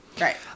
Right